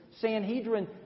Sanhedrin